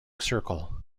circle